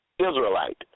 Israelite